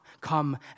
Come